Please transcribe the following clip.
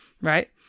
Right